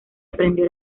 aprendió